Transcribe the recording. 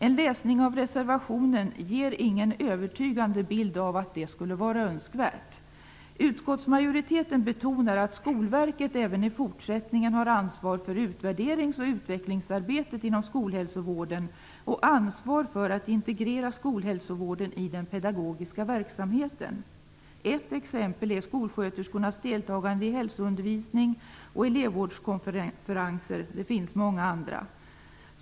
En läsning av reservationen ger ingen övertygande bild av att det skulle vara önskvärt. Utskottsmajoriteten betonar att Skolverket även i fortsättningen har ansvar för utvärderings och utvecklingsarbetet inom skolhälsovården och för att integrera skolhälsovården i den pedagogiska verksamheten. Ett exempel är skolsköterskornas deltagande i hälsoundervisning och elevvårdskonferenser. Det finns många andra.